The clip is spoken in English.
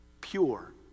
pure